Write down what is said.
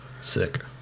Sick